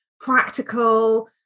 practical